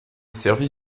servit